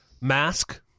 Mask